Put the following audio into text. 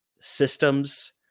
systems